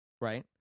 Right